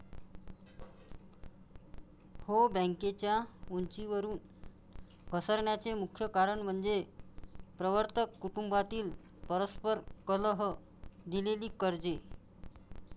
हो, बँकेच्या उंचीवरून घसरण्याचे मुख्य कारण म्हणजे प्रवर्तक कुटुंबातील परस्पर कलह, दिलेली कर्जे